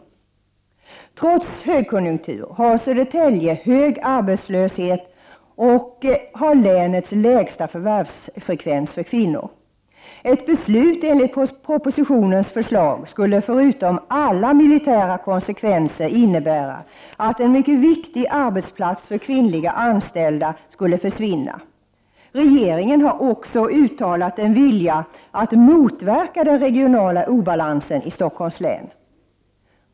Södertälje har trots högkonjunktur hög arbetslöshet och har länets lägsta förvärvsfrekvens för kvinnor. Ett beslut enligt propositionens förslag skulle, förutom alla militära konsekvenser, innebära att en mycket viktig arbetsplats för kvinnliga anställda skulle försvinna. Regeringen har också uttalat en vilja att motverka den regionala obalansen i Stockholms län.